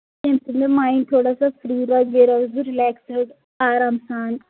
ییٚمہِ سۭتۍ مےٚ مایِنٛڈ تھوڑا سا فرٛی روزِ بیٚیہِ روزٕ بہٕ رِلٮ۪کٔسٕڈ آرام سان